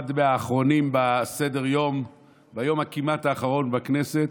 אחד מהאחרונים בסדר-היום ביום הכמעט-אחרון של הכנסת,